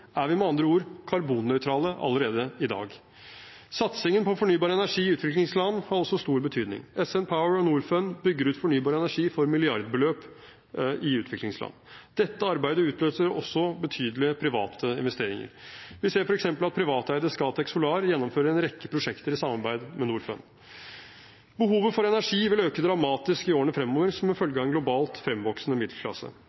er vi med andre ord karbonnøytrale allerede i dag. Satsingen på fornybar energi i utviklingsland har også stor betydning. SN Power og Norfund bygger ut fornybar energi for milliardbeløp i utviklingsland. Dette arbeidet utløser også betydelige private investeringer. Vi ser f.eks. at privateide Scatec Solar gjennomfører en rekke prosjekter i samarbeid med Norfund. Behovet for energi vil øke dramatisk i årene fremover som følge av en globalt fremvoksende middelklasse.